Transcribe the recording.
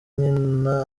nyina